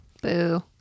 boo